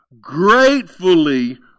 gratefully